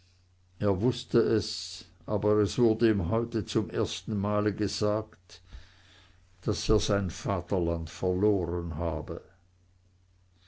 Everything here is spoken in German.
er wußte es aber es wurde ihm heute zum ersten male gesagt daß er sein vaterland verloren habe